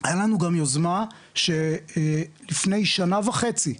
היתה לנו גם יוזמה שלפני שנה וחצי,